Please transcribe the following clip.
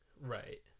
right